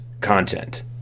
content